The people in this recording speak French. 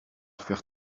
faire